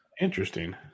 Interesting